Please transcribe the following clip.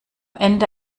ende